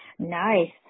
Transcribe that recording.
nice